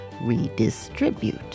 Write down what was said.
redistribute